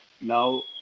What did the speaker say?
Now